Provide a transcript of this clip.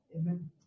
Amen